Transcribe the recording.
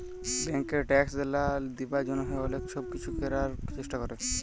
ব্যাংকে ট্যাক্স লা দিবার জ্যনহে অলেক ছব কিছু ক্যরার চেষ্টা ক্যরে